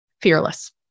fearless